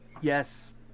yes